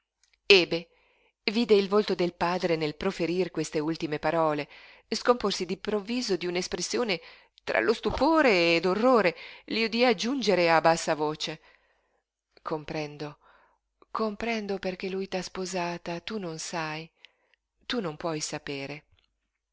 ebe vide il volto del padre nel proferir queste ultime parole scomporsi d'improvviso in una espressione tra di stupore e d'orrore gli udí soggiungere a bassa voce comprendo comprendo perché lui t'ha sposata tu non sai tu non puoi sapere